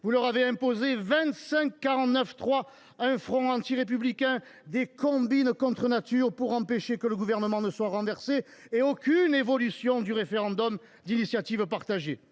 vous leur avez imposé vingt cinq 49.3, un « front antirépublicain », des combines contre nature pour empêcher que le Gouvernement ne soit renversé et aucune évolution du référendum d’initiative partagée.